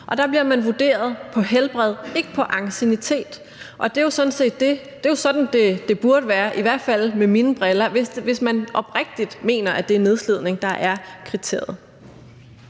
Og der bliver man vurderet på helbred, ikke på anciennitet, og det er jo sådan set sådan, det burde være, i hvert fald set med mine briller, hvis man oprigtig mener, at det er nedslidning, der er kriteriet.